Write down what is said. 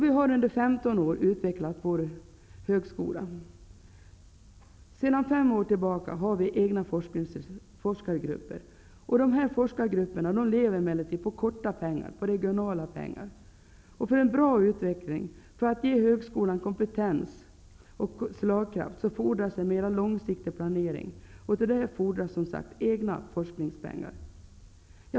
Vi har under 15 år utvecklat vår högskola. Sedan fem år har vi egna forskargrupper. Dessa lever emellertid på ''korta'', regionala pengar. För en bra utveckling, för att ge högskolan kompetens och slagkraft fordras en mera långsiktig planering. Till detta fordras som sagt egna forskningspengar.